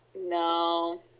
No